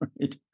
right